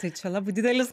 tai čia labai didelis